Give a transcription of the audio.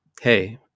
hey